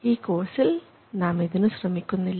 ഈ കോഴ്സിൽ നാം ഇതിനു ശ്രമിക്കുന്നില്ല